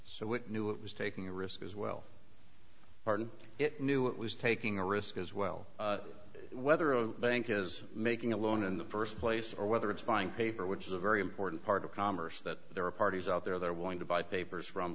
so we knew it was taking a risk as well barton it knew it was taking a risk as well whether a bank is making a loan in the first place or whether it's buying paper which is a very important part of commerce that there are parties out there they're willing to buy papers from